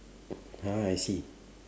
ah I see